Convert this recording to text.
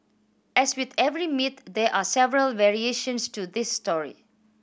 as with every myth there are several variations to this story